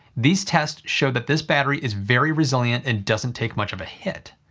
these tests showed that this battery is very resilient and doesn't take much of a hit.